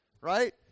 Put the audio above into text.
right